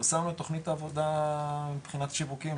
פירסמנו את תוכנית העבודה מבחינת שיווקים,